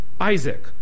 Isaac